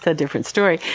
ah different story.